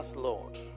lord